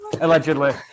Allegedly